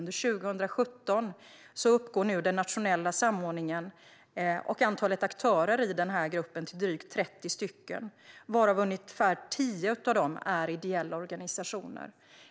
Under 2017 uppgick den nationella samordningen och antalet aktörer i gruppen till drygt 30, varav ungefär 10 var ideella organisationer.